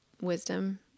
wisdom